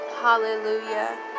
Hallelujah